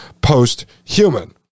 post-human